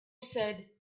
said